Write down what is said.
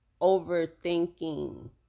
overthinking